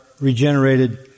regenerated